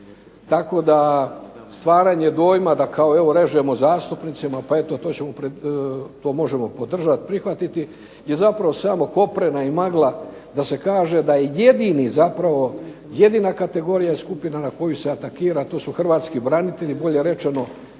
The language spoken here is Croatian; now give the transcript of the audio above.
tako da stvaranje dojma da kao režemo zastupnicima, pa eto to možemo podržati i prihvatiti je samo koprena i magla da se kaže da je jedini zapravo, jedina kategorija i skupina na koju se atakira to su Hrvatski branitelji, bolje rečeno